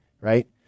right